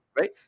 Right